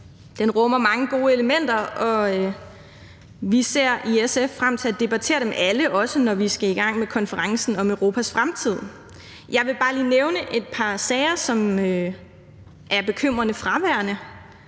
Den rummer mange gode elementer, og vi ser i SF frem til at debattere dem alle, også når vi skal i gang med konferencen om Europas fremtid. Jeg vil bare lige nævne et par sager, som på bekymrende vis er fraværende